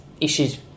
issues